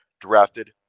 drafted